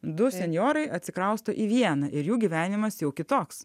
du senjorai atsikrausto į vieną ir jų gyvenimas jau kitoks